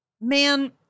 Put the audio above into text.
man